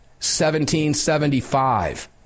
1775